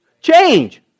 Change